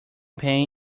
pain